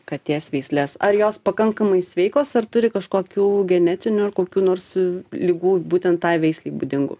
katės veisles ar jos pakankamai sveikos ar turi kažkokių genetinių kokių nors ligų būtent tai veislei būdingų